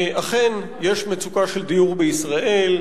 אכן יש מצוקה של דיור בישראל,